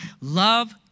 Love